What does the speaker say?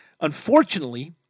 Unfortunately